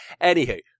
Anywho